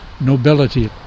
nobility